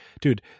dude